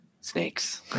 snakes